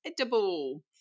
edible